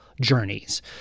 Journeys